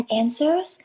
answers